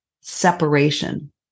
separation